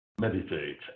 meditate